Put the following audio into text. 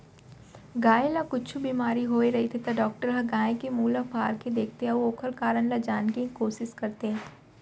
गाय ल कुछु बेमारी होय रहिथे त डॉक्टर ह गाय के मुंह ल फार के देखथें अउ ओकर कारन ल जाने के कोसिस करथे